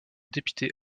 député